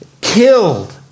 killed